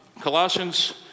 Colossians